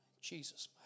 Jesus